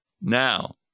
Now